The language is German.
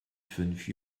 fünf